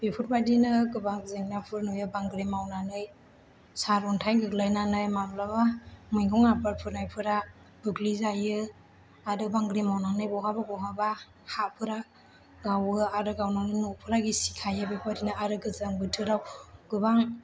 बेफोरबायदिनो गोबां जेंनाफोर नुयो बांग्रि मावनानै सार अन्थाइ गोग्लैनानै माब्लाबा मैगं आबाद फोनायफोरा बुग्लिजायो आरो बांग्रि मावनानै बहाबा बहाबा हाफोरा गावो आरो गावनानै न'फोरा गिसिखायो बेफोरनो आरो गोजां बोथोराव गोबां